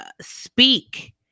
speak